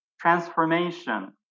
transformation